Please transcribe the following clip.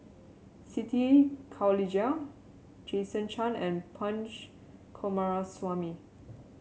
Siti Khalijah Jason Chan and Punch Coomaraswamy